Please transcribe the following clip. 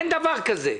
אין דבר כזה.